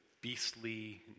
beastly